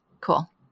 cool